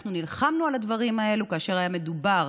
אנחנו נלחמנו על הדברים האלה כאשר היה מדובר,